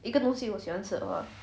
一个东西我喜欢吃的